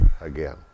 again